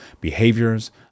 behaviors